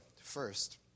first